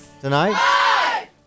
tonight